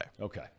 Okay